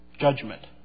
judgment